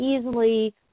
easily